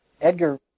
Edgar